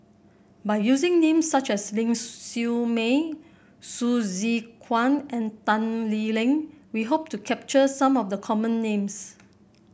by using names such as Ling Siew May Hsu Tse Kwang and Tan Lee Leng we hope to capture some of the common names